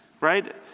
right